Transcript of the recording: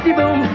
boom